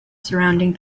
surrounding